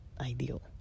ideal